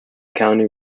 county